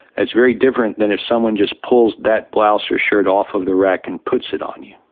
it's very different than if someone just pulls that blouse or shirt off of the rack and puts it on you.